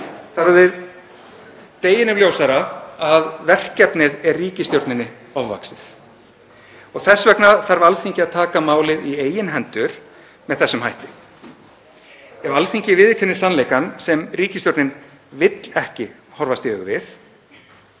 Það er deginum ljósara að verkefnið er ríkisstjórninni ofvaxið og þess vegna þarf Alþingi að taka málið í eigin hendur með þessum hætti. Ef Alþingi viðurkennir sannleikann sem ríkisstjórnin vill ekki horfast í augu við